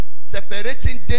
separating